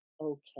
okay